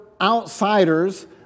outsiders